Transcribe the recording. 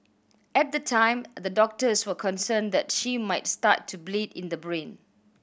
at the time the doctors were concerned that she might start to bleed in the brain